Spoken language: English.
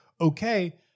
okay